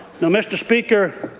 now, mr. speaker,